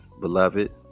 beloved